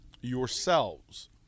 yourselves